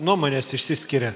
nuomonės išsiskiria